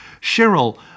Cheryl